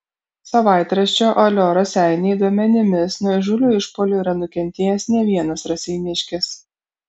savaitraščio alio raseiniai duomenimis nuo įžūlių išpuolių yra nukentėjęs ne vienas raseiniškis